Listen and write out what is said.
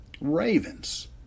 Ravens